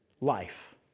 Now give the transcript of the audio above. life